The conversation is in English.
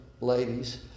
ladies